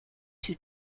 two